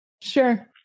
sure